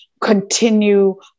continue